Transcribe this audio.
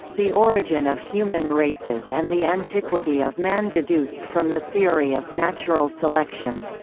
the origin of human races and the antiquity of man deduced from the theory of natural selection,